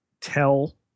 tell